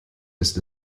ist